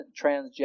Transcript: transgender